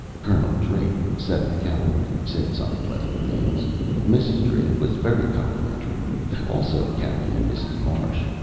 colonel drake, seventh cavalry, said some pleasant things mrs. drake was very complimentary also captain and mrs. marsh,